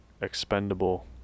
expendable